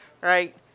right